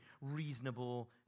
reasonable